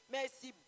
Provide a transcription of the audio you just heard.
Merci